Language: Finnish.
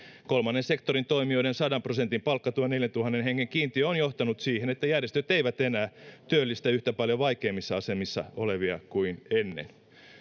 kolmannen sektorin toimijoiden sadan prosentin palkkatuen neljäntuhannen hengen kiintiö on johtanut siihen että järjestöt eivät enää työllistä yhtä paljon vaikeimmissa asemissa olevia kuin ennen